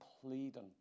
pleading